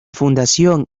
fundación